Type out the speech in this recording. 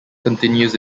continues